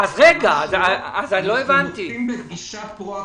אנחנו נוקטים בגישה פרואקטיבית.